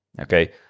okay